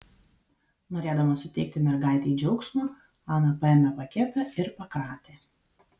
norėdama suteikti mergaitei džiaugsmo ana paėmė paketą ir pakratė